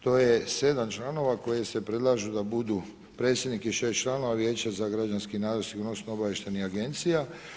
To je 7 članova koji se predlažu da budu predsjednik i 6 članova Vijeća za građanski nadzor sigurnosno-obavještajnih agencija.